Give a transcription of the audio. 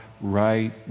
right